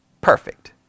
perfect